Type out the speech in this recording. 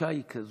התחושה היא כזו